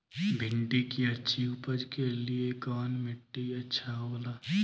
भिंडी की अच्छी उपज के लिए कवन मिट्टी अच्छा होला?